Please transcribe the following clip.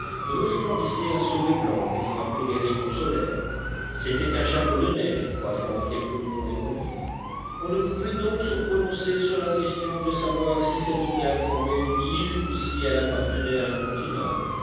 resplendissait un sommet blanc que frappaient les rayons solaires c'était un chapeau de neiges coiffant quelque mont éloigné on ne pouvait donc se prononcer sur la question de savoir si cette terre formait une île ou si elle appartenait à un continent